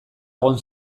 egon